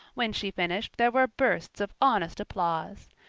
when she finished there were bursts of honest applause.